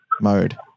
mode